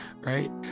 right